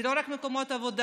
זה לא רק מקומות עבודה,